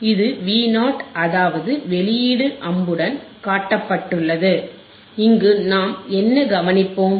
இது Vo அதாவது வெளியீடு அம்புடன் காட்டப்பட்டுள்ளது இங்கு நாம் என்ன கவனிப்போம்